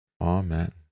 Amen